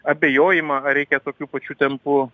abejojimą ar reikia tokiu pačiu tempu